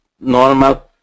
normal